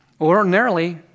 Ordinarily